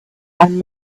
and